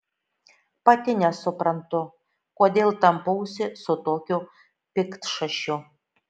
pati nesuprantu kodėl tampausi su tokiu piktšašiu